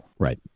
right